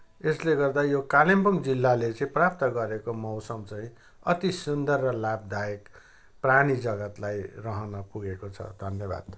यसले गर्दा यो कालिम्पोङ जिल्लाले चाहिँ प्राप्त गरेको मौसम चाहिँ अत्ति सुन्दर र लाभदायक प्राणी जगत्लाई रहन पुगेको छ धन्यवाद